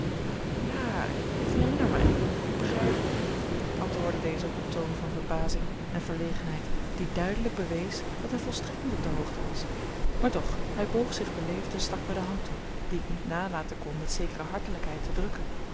ja ik herinner mij ik begrijp antwoordde deze op een toon van verbazing en verlegenheid die duidelijk bewees dat hij volstrekt niet op de hoogte was maar toch hij boog zich beleefd en stak mij de hand toe die ik niet nalaten kon met zekere hartelijkheid te drukken